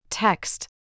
Text